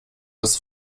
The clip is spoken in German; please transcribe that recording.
das